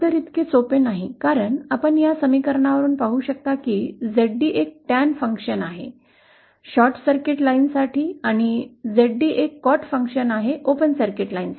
उत्तर इतके सोपे नाही कारण आपण या समीकरणांवरून पाहू शकता की Zd एक TAN फंक्शन आहे शॉर्ट सर्किट लाइनसाठी आणि Zd एक COT फंक्शन आहे ओपन सर्किट लाइनसाठी